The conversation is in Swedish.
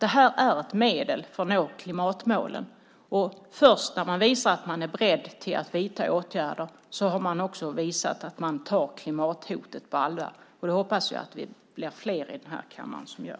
Det här är ett medel att nå klimatmålen. Först när man visar att man är beredd att vidta åtgärder har man visat att man tar klimathotet på allvar. Det hoppas jag att vi blir flera i kammaren som gör.